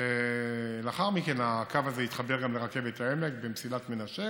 לאחר מכן הקו הזה יתחבר גם לרכבת העמק במסילת מנשה.